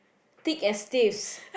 thick as thieves